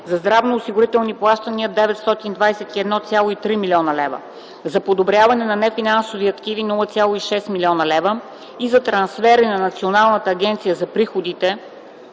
за здравноосигурителни плащания – 921,3 млн. лв., за придобиване на нефинансови активи – 0,6 млн. лв., и за трансфери на Националната агенция за приходите